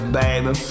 baby